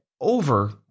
over